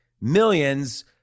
millions